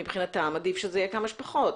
מבחינתם עדיף שזה יהיה כמה שפחות.